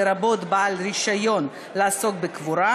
לרבות בעל רישיון לעסוק בקבורה,